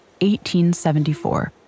1874